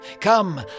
Come